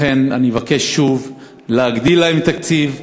לכן אני מבקש שוב להגדיל להם את התקציב,